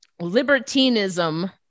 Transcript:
libertinism